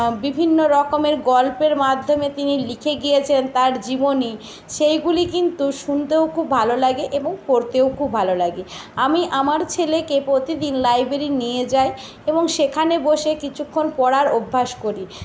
বিভিন্ন রকমের গল্পের মাধ্যমে তিনি লিখে গিয়েছেন তার জীবনী সেইগুলি কিন্তু শুনতেও খুব ভালো লাগে এবং পড়তেও খুব ভালো লাগে আমি আমার ছেলেকে প্রতিদিন লাইবেরি নিয়ে যাই এবং সেখানে বসে কিছুক্ষণ পড়ার অভ্যাস করি